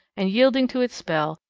and, yielding to its spell,